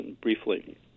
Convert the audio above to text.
briefly